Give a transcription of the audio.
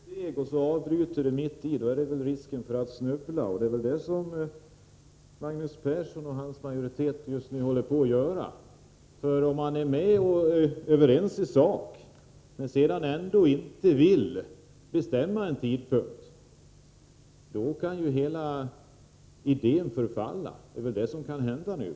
Herr talman! Om man tar ett steg men avbryter det mitt i är väl risken stor att man snubblar. Det är vad Magnus Persson och den socialdemokratiska majoriteten just nu håller på att göra. Om man, som i detta fall, är överens i sak men ändå inte vill bestämma tidpunkt, då kan hela idén falla. Det är vad som kan hända nu.